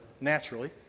naturally